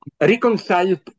reconciled